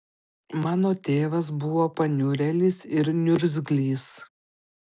mano tėvas buvo paniurėlis ir niurgzlys